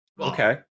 Okay